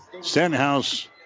Stenhouse